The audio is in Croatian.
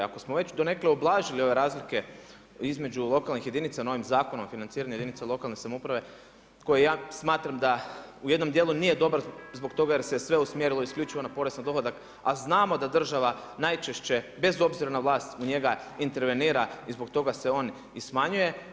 Ako smo donekle ublažili ove razlike između lokalnih jedinica novim zakonom o financiranju jedinica lokalne samouprave, koje ja smatram da u jednom dijelu nije dobar zbog toga, jer se sve usmjerilo isključivo na porez na dohodak, a znamo da država najčešće bez obzira na vlas u njega intervenira i zbog toga se on i smanjuje.